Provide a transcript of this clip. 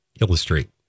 Illustrate